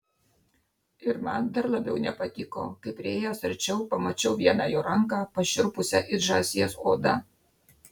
ir man dar labiau nepatiko kai priėjęs arčiau pamačiau vieną jo ranką pašiurpusią it žąsies oda